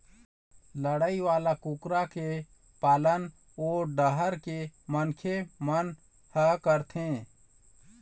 लड़ई वाला कुकरा के पालन ओ डाहर के मनखे मन ह करथे